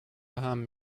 بهم